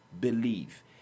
believe